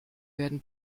werden